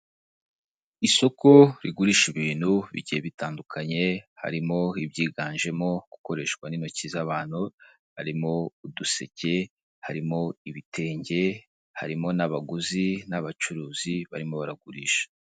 Isoko rigurisha ibintu bigiye bitandukanye harimo ibyiganjemo gukoreshwa n'intoki z'abantu, harimo uduseke, harimo ibitenge, harimo n'abaguzi n'abacuruzi barimo baragurisha.